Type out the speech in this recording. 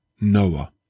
Noah